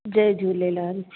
Jay Jhulelal